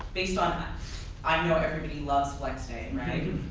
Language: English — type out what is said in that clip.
based on i know everybody loves flex day, right?